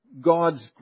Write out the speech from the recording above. God's